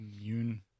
immune